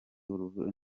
uruvugiro